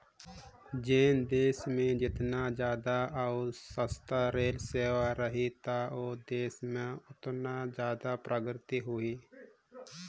जेन देस मे जेतना जादा अउ सस्ता रेल सेवा रही त ओ देस में ओतनी जादा परगति होही